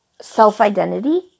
self-identity